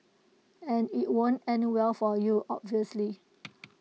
and IT won't end well for you obviously